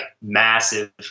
massive